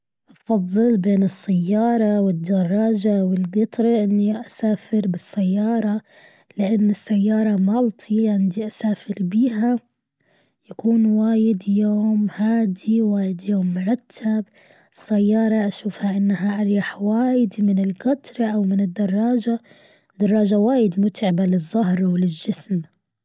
أفضل بين السيارة والدراجة والقطرة أني أسافر بالسيارة لأن السيارة لان السيارة مالتي عندي أسافر بيها يكون وايد يوم هادي وايد يوم مرتب سيارة أشوفها أنها أريح وايد من القطر أو من دراجة الدراجة وايد متعبة للظهر وللجسم.